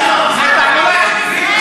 זאת תעמולה,